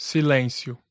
Silêncio